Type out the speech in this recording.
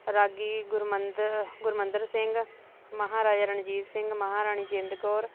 ਰਾਗੀ Gurmantar Gurmantar Singh Maharaja Ranjit Singh Maharani Jind Kaur